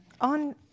On